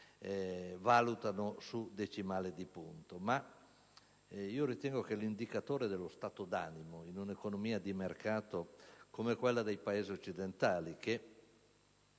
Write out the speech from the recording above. valutano su decimali di punto. Io ritengo però che l'indicatore dello stato d'animo, se positivo, in un'economia di mercato come quella dei Paesi occidentali, che